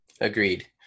Agreed